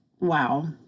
Wow